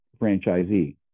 franchisee